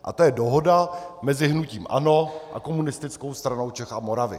A to je dohoda mezi hnutím ANO a Komunistickou stranou Čech a Moravy.